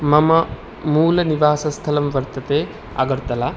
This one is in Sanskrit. मम मूलनिवासस्थलं वर्तते अगर्तला